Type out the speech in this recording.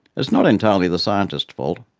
it's not entirely the scientists' fault,